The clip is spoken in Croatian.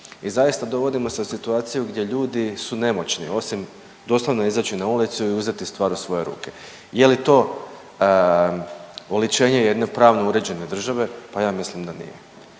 I zaista dovodimo se u situaciju gdje ljudi su nemoćni, osim doslovno izaći na ulicu i uzeti stvar u svoje ruke. Je li to oličenje jedne pravno uređene države, pa ja mislim da nije.